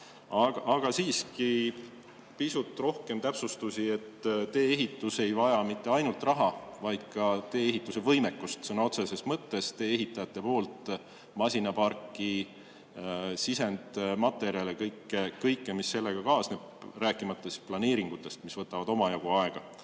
Aga siiski, pisut rohkem täpsustusi: tee-ehitus ei vaja mitte ainult raha, vaid ka tee-ehituse võimekust sõna otseses mõttes, tee-ehitajate masinaparki, sisendmaterjale ja kõike muud, mis sellega kaasneb, rääkimata planeeringutest, mis võtavad omajagu aega.